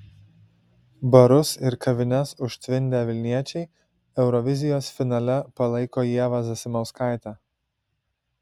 barus ir kavines užtvindę vilniečiai eurovizijos finale palaiko ievą zasimauskaitę